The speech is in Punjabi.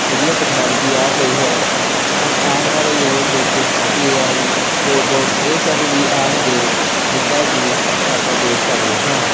ਵਧੀਆ ਟੈਕਨੋਲੋਜੀ ਆ ਗਈ ਹੈ ਹੁਣ ਆਉਣ ਵਾਲੇ ਯੁੱਗ ਵਿੱਚ ਏ ਆਈ ਰੋਬੋਟਸ ਇਹ ਸਭ ਵੀ ਆਉਣਗੇ ਜਿੱਦਾਂ ਕਿ ਆਪਾਂ ਦੇਖ ਸਕਦੇ ਹਾਂ